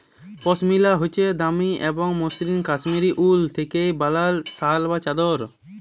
পশমিলা হছে দামি এবং মসৃল কাশ্মীরি উল থ্যাইকে বালাল শাল বা চাদর